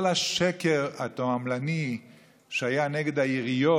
כל השקר התועמלני שהיה נגד העיריות,